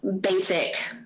basic